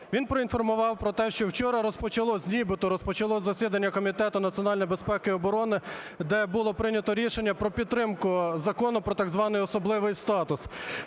Він проінформував про те, що вчора розпочалося, нібито розпочалося засідання Комітету національної безпеки і оборони, де було прийнято рішення про підтримку Закону про так званий особливий статус.